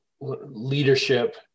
leadership